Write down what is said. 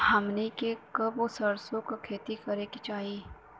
हमनी के कब सरसो क खेती करे के चाही?